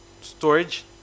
storage